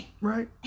Right